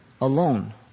alone